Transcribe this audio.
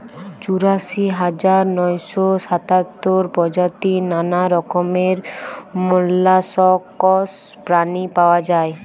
চুরাশি হাজার নয়শ সাতাত্তর প্রজাতির নানা রকমের মোল্লাসকস প্রাণী পাওয়া যায়